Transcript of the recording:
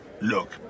Look